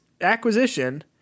acquisition